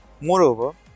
moreover